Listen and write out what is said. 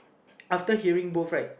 after hearing both right